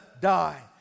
die